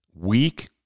Weak